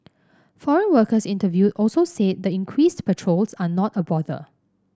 foreign workers interviewed also said the increased patrols are not a bother